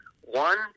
one